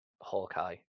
Hawkeye